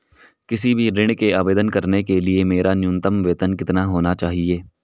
किसी भी ऋण के आवेदन करने के लिए मेरा न्यूनतम वेतन कितना होना चाहिए?